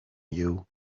you